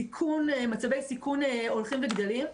מצבי סיכון הולכים וגדלים.